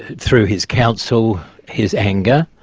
through his counsel, his anger.